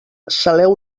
saleu